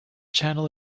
channel